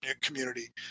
community